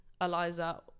eliza